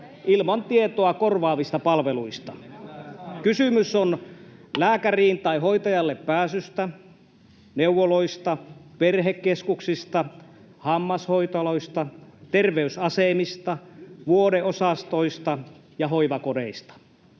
— Puhemies koputtaa] Kysymys on lääkäriin tai hoitajalle pääsystä, neuvoloista, perhekeskuksista, hammashoitoloista, terveysasemista, vuodeosastoista ja hoivakodeista;